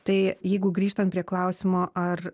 tai jeigu grįžtant prie klausimo ar